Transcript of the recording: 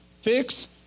Fix